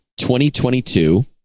2022